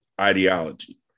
ideology